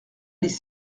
les